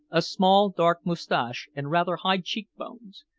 a small dark mustache and rather high cheek-bones.